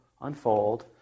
unfold